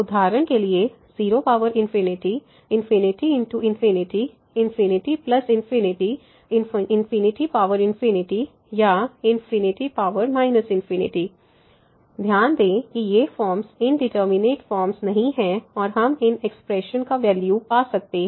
उदाहरण के लिए 0 ∞×∞∞∞ या ∞ ध्यान दें कि ये फॉर्म्स इंडिटरमिनेट फॉर्म्स नहीं हैं और हम इन एक्सप्रेशन का वैल्यू पा सकते हैं